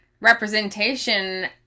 representation